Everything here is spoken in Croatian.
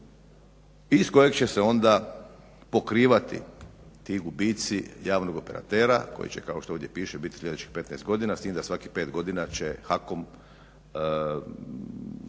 iz kojeg će se onda pokrivati ti gubici javnog operatera koji će kao što ovdje piše sljedećih 15 godina s tim da svakih pet godina će HAKOM